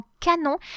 canon